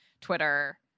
Twitter